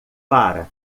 para